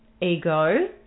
ego